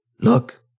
Look